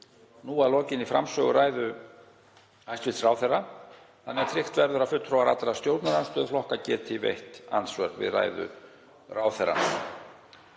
að lokinni framsöguræðu hæstv. ráðherra þannig að tryggt verði að fulltrúar allra stjórnarandstöðuflokka geti veitt andsvör við ræðu ráðherra.